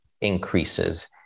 increases